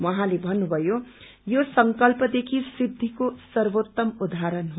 उहाँले भन्नुभयो यो संकल्पदेखि सिखिको सर्वोतम उदाहरण हो